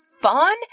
fun